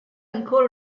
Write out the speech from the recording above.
ancora